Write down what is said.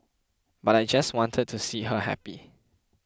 but I just wanted to see her happy